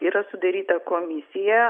yra sudaryta komisija